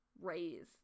raise